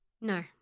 No